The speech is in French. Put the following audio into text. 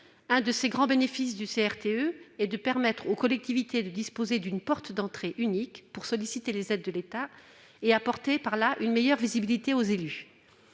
L'un des grands intérêts du CRTE est de permettre aux collectivités de disposer d'une porte d'entrée unique pour solliciter des aides de l'État et d'offrir une meilleure visibilité aux élus.